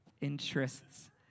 interests